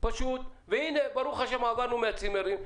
והנה ברוך השם עברנו מהצימרים.